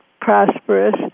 prosperous